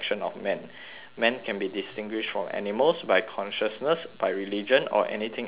men can be distinguished from animals by consciousness by religion or anything else you like